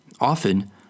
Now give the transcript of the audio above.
Often